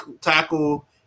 tackle